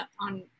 on